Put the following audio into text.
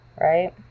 right